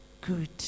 good